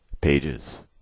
pages